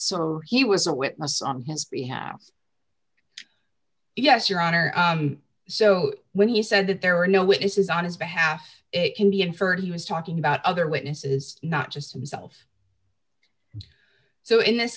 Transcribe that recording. so he was a witness on his behalf yes your honor so when he said that there were no witnesses on his behalf it can be inferred he was talking about other witnesses not just himself so in this